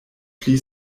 pli